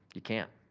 you can't.